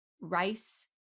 rice